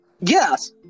yes